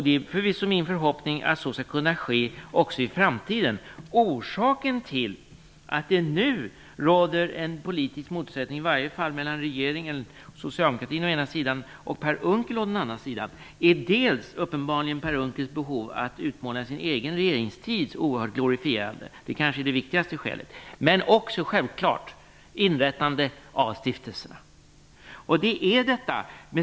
Det är förvisso min förhoppning att så skall kunna ske också i framtiden. Orsaken till att det nu råder en politisk motsättning, i varje fall mellan regeringen och socialdemokratin å ena sidan och Per Unckel å den andra sidan, är dels uppenbarligen Per Unckels behov av att utmåla sin egen regeringstid oerhört glorifierande - det kanske är det viktigaste skälet - dels självfallet inrättandet av stiftelserna.